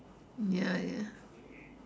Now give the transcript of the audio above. ya ya